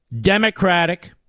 democratic